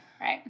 Right